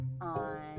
on